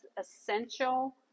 essential